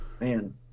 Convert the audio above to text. man